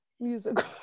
musical